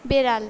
বেড়াল